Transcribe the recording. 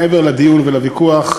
מעבר לדיון ולוויכוח,